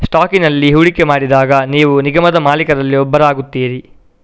ಸ್ಟಾಕಿನಲ್ಲಿ ಹೂಡಿಕೆ ಮಾಡಿದಾಗ ನೀವು ನಿಗಮದ ಮಾಲೀಕರಲ್ಲಿ ಒಬ್ಬರಾಗುತ್ತೀರಿ